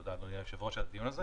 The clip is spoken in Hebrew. תודה אדוני היושב ראש על הדיון הזה.